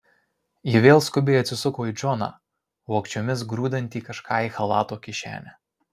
ji vėl skubiai atsisuko į džoną vogčiomis grūdantį kažką į chalato kišenę